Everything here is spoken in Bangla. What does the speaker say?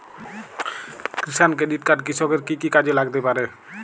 কিষান ক্রেডিট কার্ড কৃষকের কি কি কাজে লাগতে পারে?